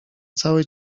całej